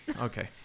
Okay